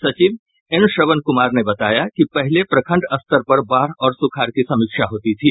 सचिव एन श्रवण कुमार ने बताया कि पहले प्रखंड स्तर पर बाढ़ और सुखाड़ की समीक्षा होती थी